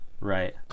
Right